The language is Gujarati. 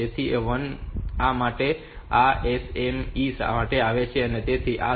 તેથી આ 1 આ માટે છે આ MSC માટે આવે છે તેથી આ 7